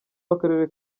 w’akarere